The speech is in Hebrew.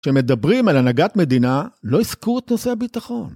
כשמדברים על הנהגת מדינה, לא הזכירו את נושא הביטחון.